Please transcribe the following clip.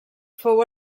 fou